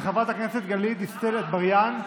של חברת הכנסת גלית דיסטל אטבריאן.